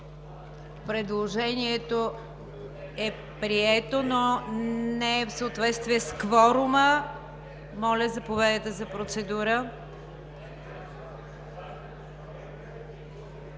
Предложението е прието, но не е в съответствие с кворума. Заповядайте за процедура,